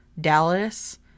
dallas